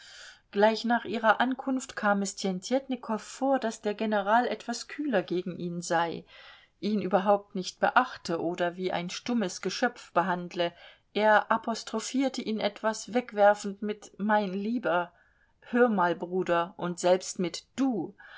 gleich nach ihrer ankunft kam es tjentjetnikow vor daß der general etwas kühler gegen ihn sei ihn überhaupt nicht beachte oder wie ein stummes geschöpf behandle er apostrophierte ihn etwas wegwerfend mit mein lieber hör mal bruder und selbst mit du